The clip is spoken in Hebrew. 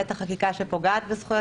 בטח חקיקה שפוגעת בזכויות,